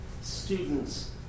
students